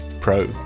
pro